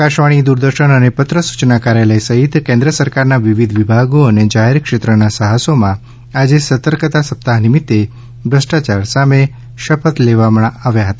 આકાશવાણી દ્રરદર્શન અને પત્ર સૂયના કાર્યાલય સહિત કેન્દ્ર સરકારના વિવિધ વિભાગો અને જાહેર ક્ષેત્રના સાહસો માં આજે સતર્કતા સપ્તાહ નિમિતે ભ્રષ્ટાયાર સામે શપથ લેવામાં આવ્યા હતા